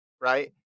right